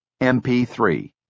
MP3